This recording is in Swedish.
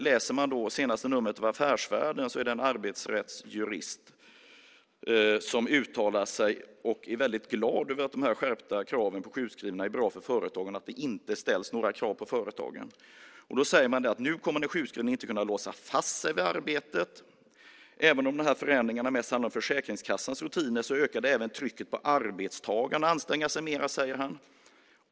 I det senaste numret av Affärsvärlden uttalar sig en arbetsrättsjurist och är väldigt glad över dessa skärpta krav på de sjukskrivna. Det är bra att det inte ställs några krav på företagen. Han säger att den sjukskrivne nu inte kommer att kunna låsa fast sig vid arbetet. Även om dessa förändringar mest handlar om Försäkringskassans rutiner ökar det även trycket på arbetstagarna att anstränga sig mer, säger han.